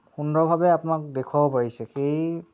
সুন্দৰভাৱে আপোনাক দেখুৱাব পাৰিছে সেই